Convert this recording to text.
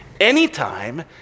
anytime